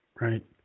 Right